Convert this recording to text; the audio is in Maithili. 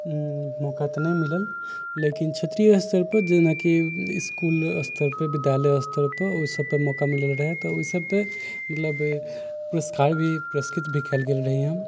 मौका तऽ नहि मिलल लेकिन क्षेत्रीय स्तर पर जेनाकि इसकुल स्तर पर विद्यालय स्तर पर ओहि सभ पर मौका मिलल रहै तऽ ओहि सभ पर मतलब पुरस्कार भी पुरस्कृत भी कयल गेल रही हम